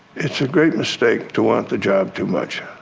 it's a great mistake to want the job too much,